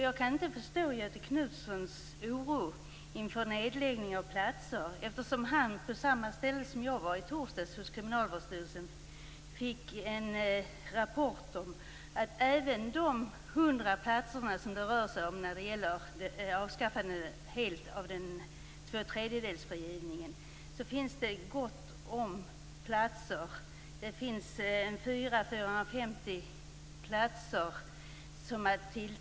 Jag kan inte förstå Göthe Knutsons oro inför en nedläggning av platser, eftersom han liksom jag i torsdags var hos Kriminalvårdsstyrelsen och fick en rapport om att det finns gott om platser även efter de 100 platser det rör sig om när det gäller avskaffandet av tvåtredjedelsfrigivningen. Det finns en 400-450 platser att ta till.